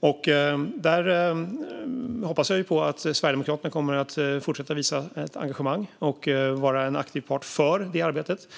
Jag hoppas att Sverigedemokraterna kommer att fortsätta att visa ett engagemang och vara en aktiv part för det arbetet.